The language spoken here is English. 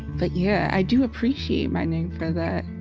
but yeah i do appreciate my name for that,